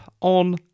on